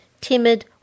timid